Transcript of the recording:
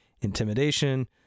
intimidation